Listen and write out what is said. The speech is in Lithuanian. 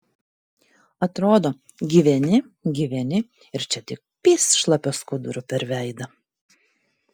atrodo gyveni gyveni ir čia tik pyst šlapiu skuduru per veidą